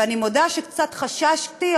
ואני מודה שקצת חששתי.